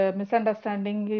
misunderstanding